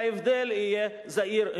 וההבדל יהיה זעיר,